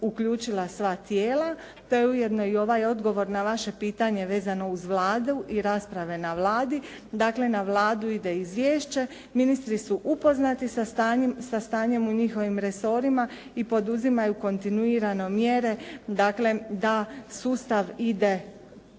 uključila sva tijela. To je ujedno i ovaj odgovor na vaše pitanje vezano uz Vladu i rasprave na Vladi, dakle na Vladu ide izvješće. Ministri su upoznati sa stanjem u njihovim resorima i poduzimaju kontinuirano mjere dakle da sustav ide,